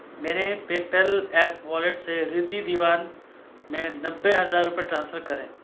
मेरे PayPal app wallet से रिद्धि दीवान में नब्बे हज़ार रुपये ट्रांसफ़र करें